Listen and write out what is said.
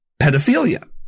pedophilia